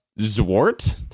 zwart